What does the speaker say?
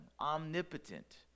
omnipotent